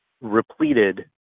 repleted